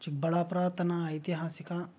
ಚಿಕ್ಕಬಳ್ಳಾಪುರ ತನ್ನ ಐತಿಹಾಸಿಕ